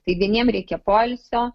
tai vieniem reikia poilsio